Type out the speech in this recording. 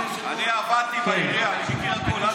אני עבדתי בעירייה, אני מכיר הכול.